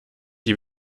die